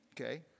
okay